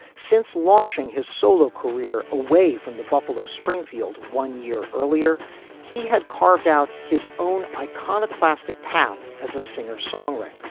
since launching his solo career away from the buffalo springfield one year earlier he had carved out his own iconoclastic path as a singer songwriter